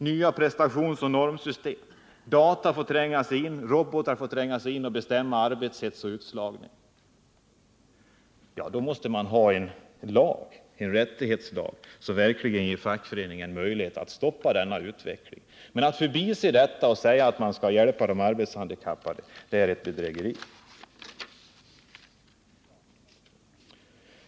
Nya prestationsoch normsystem, data och robotar får tränga sig in och bestämma hets och utslagning. Då måste man ha en rättighetslag som verkligen ger fackföreningarna möjlighet att stoppa utvecklingen. Att förbise detta och säga att man skall hjälpa de handikappade är ett bedrägeri.